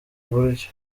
buryo